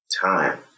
time